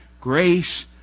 grace